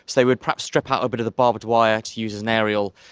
they would perhaps strip out a bit of the barbed wire to use as an aerial.